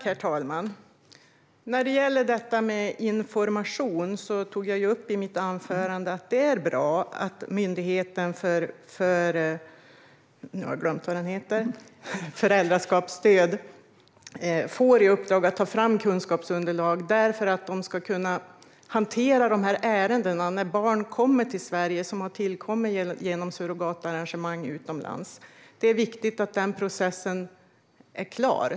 Herr talman! När det gäller detta med information tog jag i mitt anförande upp att det är bra att Myndigheten för familjerätt och föräldraskapsstöd får i uppdrag att ta fram kunskapsunderlag så att de kan hantera de ärenden där barn som har tillkommit genom surrogatarrangemang utomlands kommer till Sverige. Det är viktigt att den processen är klar.